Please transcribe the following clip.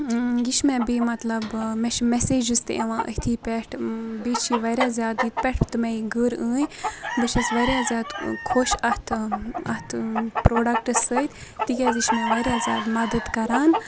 یہِ چھِ مےٚ بیٚیہِ مطلب مےٚ چھِ مٮ۪سیجِز تہِ یِوان أتھی پٮ۪ٹھ بیٚیہِ چھِ یہِ واریاہ زیادٕ ییٚتہِ پٮ۪ٹھ تہِ مےٚ یہِ گٔر أنۍ بہٕ چھَس واریاہ زیادٕ خۄش اَتھ اَتھ پرٛوڈَکٹہٕ سۭتۍ تِکیٛازِ یہِ چھِ مےٚ واریاہ زیادٕ مَدد کَران